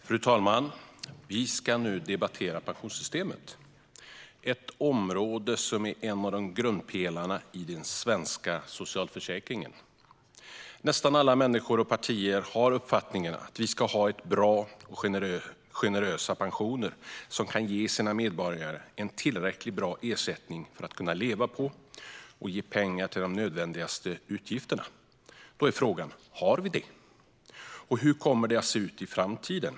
Fru talman! Vi ska nu debattera pensionssystemet. Det är ett område som är en av grundpelarna i den svenska socialförsäkringen. Nästan alla människor och partier har uppfattningen att vi ska ha bra och generösa pensioner, så att medborgarna får en tillräckligt bra ersättning som de kan leva på och som räcker till de nödvändigaste utgifterna. Då är frågan: Har vi det? Och hur kommer det att se ut i framtiden?